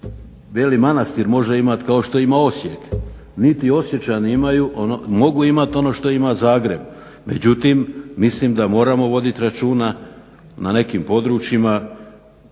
Beli Manastir može imati kao što ima Osijek, niti Osječani mogu imati ono što ima Zagreb. Međutim, mislim da moramo voditi računa na nekim područjima,